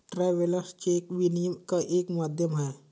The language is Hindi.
ट्रैवेलर्स चेक विनिमय का एक माध्यम है